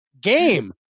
Game